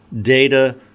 data